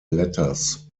letters